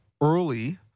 early